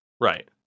Right